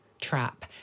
trap